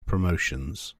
promotions